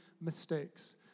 mistakes